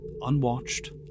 unwatched